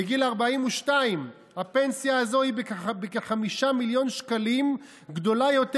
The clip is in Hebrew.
בגיל 42 הפנסיה הזו היא בכ-5 מיליון גדולה יותר